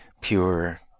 pure